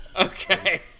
Okay